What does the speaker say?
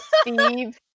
Steve